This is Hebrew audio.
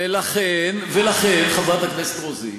ולכן, חברת הכנסת רוזין,